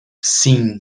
seen